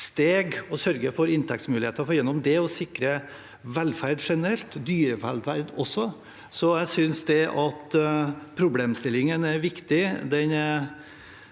steg å sørge for inntektsmuligheter, for gjennom det å sikre velferd generelt – dyrevelferd også. Jeg synes problemstillingen er viktig.